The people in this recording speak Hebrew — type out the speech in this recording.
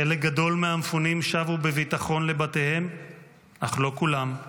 חלק גדול מהמפונים שבו בביטחון לבתיהם אך לא כולם.